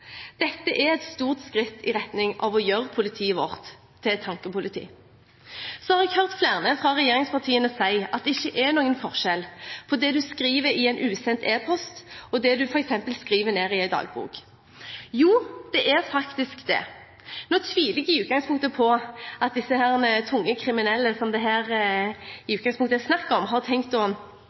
Dette er et stort skritt i retning av å gjøre politiet vårt til et tankepoliti. Så har jeg hørt flere fra regjeringspartiene si at det ikke er noen forskjell på det en skriver i en usendt e-post og det en f.eks. skriver ned i en dagbok. Jo, det er faktisk det. Nå tviler jeg på at disse tunge kriminelle som det her i utgangspunktet er snakk om,